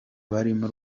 barimo